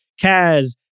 Kaz